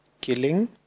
killing